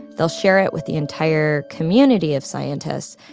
they'll share it with the entire community of scientists.